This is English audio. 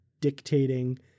dictating